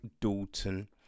Dalton